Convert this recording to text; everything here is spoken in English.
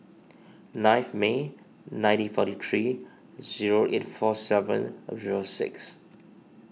ninth May nineteen forty three zero eight four seven zero six